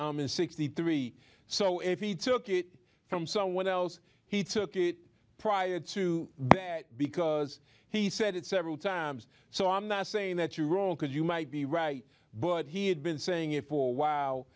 year in sixty three so if he took it from someone else he took it prior to that because he said it several times so i'm not saying that you're wrong because you might be right but he'd been saying it for a while